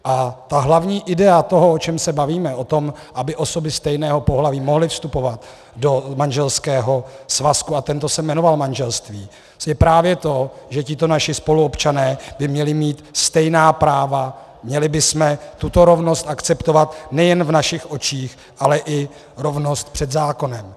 A ta hlavní idea toho, o čem se bavíme, o tom, aby osoby stejného pohlaví mohly vstupovat do manželského svazku a tento se jmenoval manželství, je právě to, že tito naši spoluobčané by měli mít stejná práva, měli bychom tuto rovnost akceptovat nejen v našich očích, ale i rovnost před zákonem.